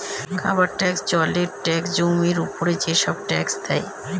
খাবারের ট্যাক্স, জলের ট্যাক্স, জমির উপর যেসব ট্যাক্স দেয়